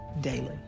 daily